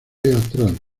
teatral